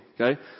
Okay